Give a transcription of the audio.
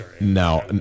Now